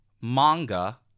manga